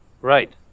Right